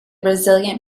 resilient